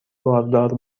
باردار